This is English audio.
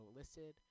listed